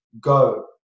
go